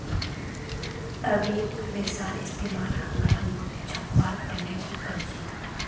एबेक रेशार इस्तेमाल हमरा नोट छपवार तने भी कर छी